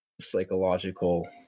psychological